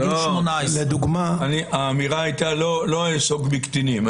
גיל 18. האמירה הייתה "לא אתייחס לקטינים".